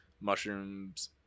mushrooms